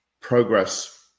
progress